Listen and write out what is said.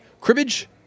cribbage